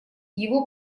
его